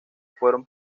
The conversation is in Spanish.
fueron